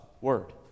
Word